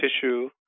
tissue